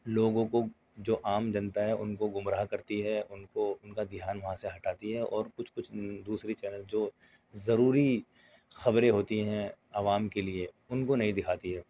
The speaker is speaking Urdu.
لوگوں کو جو عام جنتا ہے ان کو گمراہ کرتی ہے ان کو ان کا دھیان وہاں سے ہٹاتی ہے اور کچھ کچھ دوسری چینل جو ضروری خبریں ہوتی ہیں عوام کے لئے ان کو نہیں دکھاتی ہے یہ